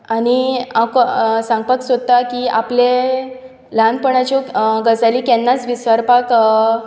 आनी हांव सांगपाक सोदतां की आपले ल्हानपणाच्यो गजाली केन्नाच विसरपाक